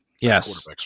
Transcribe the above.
Yes